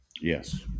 Yes